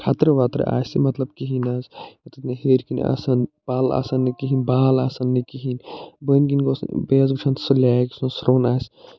خطرٕ وطرٕ آسہِ مطلب کِہیٖنۍ حظ یتتھ نہٕ ہیٚر کِنۍ آسن پل آسن نہٕ کِہیٖنۍ بال بٔنۍ کِن گوس نہٕ بیٚیہِ حظ وٕچھَن سُہ لیک یُس نہٕ سروٚن آسہِ